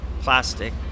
plastic